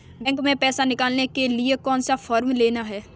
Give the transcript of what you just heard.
Bank में पैसा निकालने के लिए कौन सा फॉर्म लेना है?